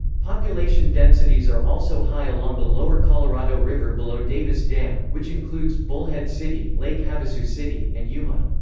population densities are also high along the lower colorado river below davis dam, which includes bullhead city, lake havasu city, and yuma.